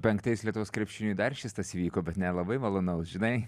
penktais lietuvos krepšiniui dar šis tas įvyko bet nelabai malonaus žinai